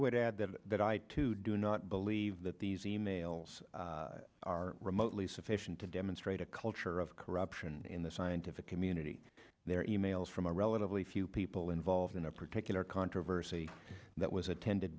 would add that i too do not believe that these emails are remotely sufficient to demonstrate a culture of corruption in the scientific community there are e mails from a relatively few people involved in a particular controversy that was attended